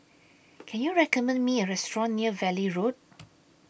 Can YOU recommend Me A Restaurant near Valley Road